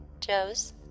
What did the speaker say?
Joe's